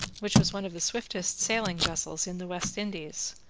which was one of the swiftest sailing vessels in the west indies,